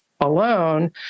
alone